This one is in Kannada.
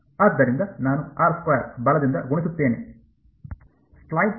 ಆದ್ದರಿಂದ ನಾನು ಬಲದಿಂದ ಗುಣಿಸುತ್ತೇನೆ